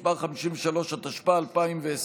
חבר הכנסת יוראי להב הרצנו,